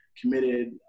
committed